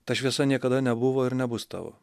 ta šviesa niekada nebuvo ir nebus tavo